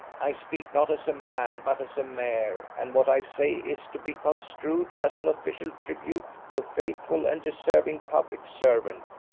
i speak not as a man, but as a mayor, and what i say is to be construed as an official tribute to a faithful and deserving public servant.